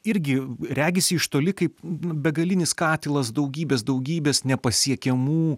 irgi regisi iš toli kaip begalinis katilas daugybės daugybės nepasiekiamų